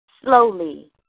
slowly